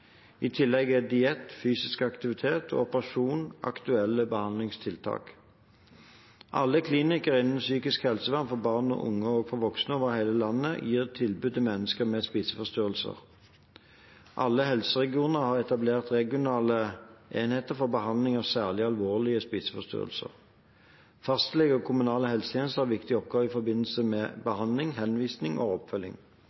I tillegg er diett, fysisk aktivitet og operasjon aktuelle behandlingstiltak. Alle klinikker innen psykisk helsevern for barn og unge og voksne over hele landet gir tilbud til mennesker med spiseforstyrrelser. Alle helseregioner har etablert regionale enheter for behandling av særlig alvorlige spiseforstyrrelser. Fastlege og kommunale helsetjenester har viktige oppgaver i forbindelse med